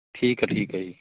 ਠੀਕ ਹੈ ਠੀਕ ਹੈ ਜੀ